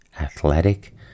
athletic